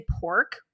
pork